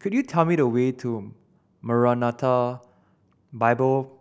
could you tell me the way to Maranatha Bible